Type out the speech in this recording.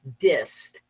dissed